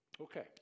okay